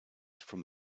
from